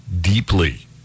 deeply